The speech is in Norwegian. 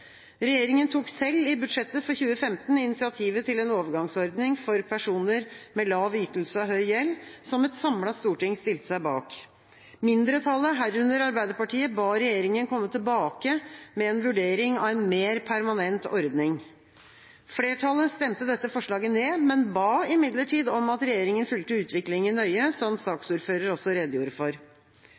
tok selv i budsjettet for 2015 initiativet til en overgangsordning for personer med lav ytelse og høy gjeld, som et samlet storting stilte seg bak. Mindretallet, herunder Arbeiderpartiet, ba regjeringa komme tilbake med en vurdering av en mer permanent ordning. Flertallet stemte dette forslaget ned, men ba om at regjeringa fulgte utviklinga nøye, som saksordføreren også redegjorde for.